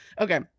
Okay